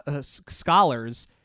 scholars